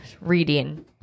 reading